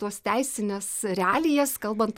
tuos teisines realijas kalbant